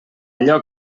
allò